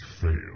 fail